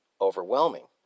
Overwhelming